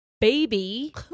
baby